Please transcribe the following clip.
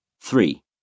Three